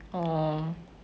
err